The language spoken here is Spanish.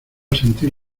sentir